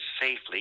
safely